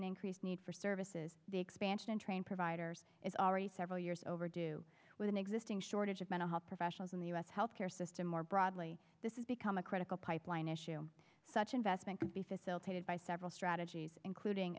an increased need for services the expansion in train providers is already several years overdue with an existing shortage of mental health professionals in the us health care system more broadly this is become a critical pipeline issue such investment could be facilitated by several strategies including